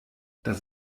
das